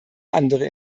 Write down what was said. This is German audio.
andere